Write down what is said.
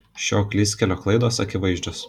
šio klystkelio klaidos akivaizdžios